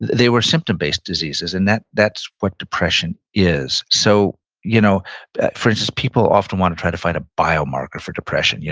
they were symptom-based diseases, and that's what depression is so you know for instance, people often want to try to find a biomarker for depression, yeah